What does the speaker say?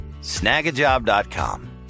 snagajob.com